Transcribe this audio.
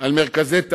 על מרכזי תעסוקה.